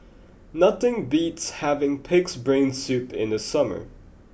nothing beats having Pig'S Brain Soup in the summer